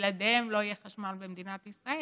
ושבלעדיהן לא יהיה חשמל במדינת ישראל.